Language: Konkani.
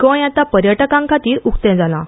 गोय आता पर्यटकां खातीर उक्ते जालां